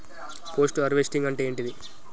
Post harvesting అంటే ఏంటిది?